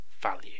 value